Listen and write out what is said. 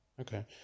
okay